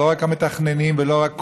לא רק המתכננים,